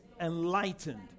enlightened